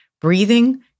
breathing